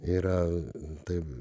yra tai